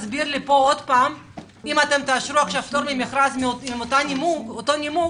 אם תאשרו פטור ממכרז עם אותו נימוק,